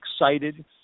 excited